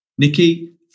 Nikki